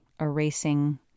erasing